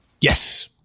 Yes